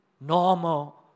normal